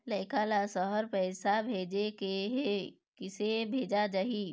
लइका ला शहर पैसा भेजें के हे, किसे भेजाही